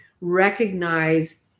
recognize